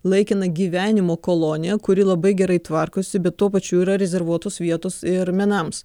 laikiną gyvenimo koloniją kuri labai gerai tvarkosi bet tuo pačiu yra rezervuotos vietos ir menams